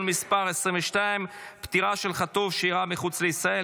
מס' 22) (פטירה של חטוף שאירעה מחוץ לישראל),